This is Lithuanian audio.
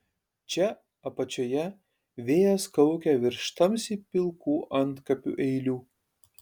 čia apačioje vėjas kaukia virš tamsiai pilkų antkapių eilių